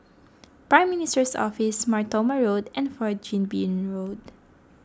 Prime Minister's Office Mar Thoma Road and Fourth Chin Bee Road